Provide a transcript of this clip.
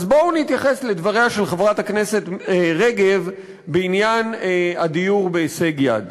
בואו נתייחס לדבריה של חברת הכנסת רגב בעניין הדיור בהישג יד.